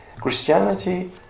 Christianity